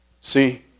See